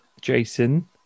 Jason